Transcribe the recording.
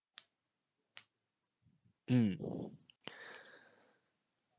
hmm